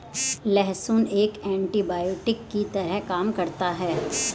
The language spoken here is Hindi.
लहसुन एक एन्टीबायोटिक की तरह काम करता है